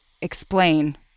explain